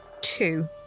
two